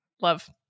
love